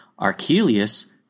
Archelius